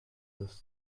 ist